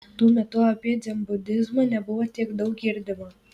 tuo metu apie dzenbudizmą nebuvo tiek daug girdima